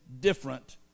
different